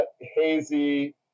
hazy